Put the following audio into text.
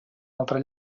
altre